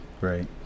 Right